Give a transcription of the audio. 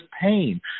pain